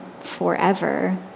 forever